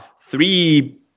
three